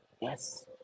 Yes